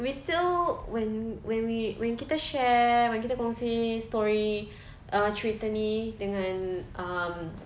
we still when when we we kita share when kita kongsi story uh cerita ni dengan um